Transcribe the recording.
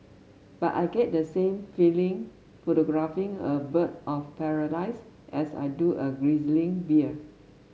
but I get the same feeling photographing a bird of paradise as I do a grizzly bear